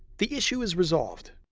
the issue is resolved.